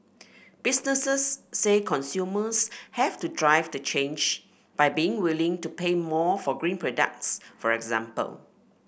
businesses say consumers have to drive the change by being willing to pay more for green products for example